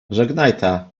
żegnajta